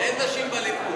אין נשים בליכוד.